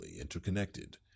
interconnected